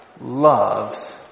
loves